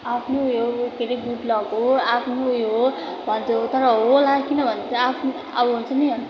आफ्नै उयो के अरे गुड लक हो आफ्नो उयो हो भन्छ तर होला किनभने चाहिँ आफ्नो अब हुन्छ नि